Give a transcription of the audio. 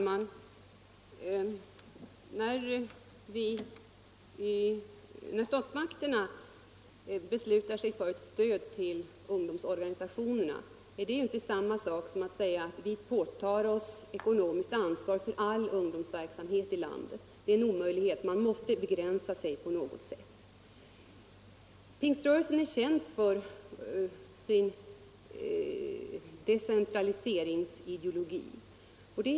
Herr talman! Att statsmakterna beslutar om ett stöd till ungdomsorganisationerna, betyder inte att vi påtar oss ekonomiskt ansvar för all ungdomsverksamhet i landet. Det vore en omöjlighet. Man måste begränsa sig på något sätt. Pingströrelsen är känd för sin decentraliseringsideologi.